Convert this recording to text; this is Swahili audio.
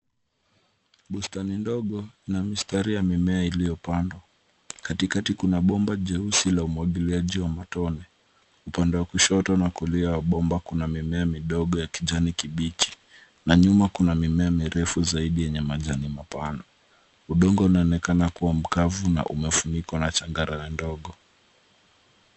Bustani ndogo na mistari ya mimea iliyopandwa. Katikati kuna bomba jeusi la umwagiliaji wa matone. Upande wa kushoto na kulia wa bomba kuna mimea midogo ya kijani kibichi na nyuma kuna mimea mirefu zaidi yenye majani mapana. Udongo unaonekana kuwa mkavu na umefunikwa na changarawe ndogo.